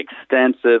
extensive